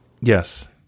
Yes